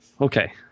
Okay